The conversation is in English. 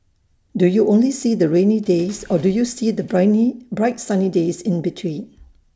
do you only see the rainy days or do you see the bright sunny days in between